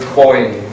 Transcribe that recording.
coin